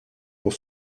pour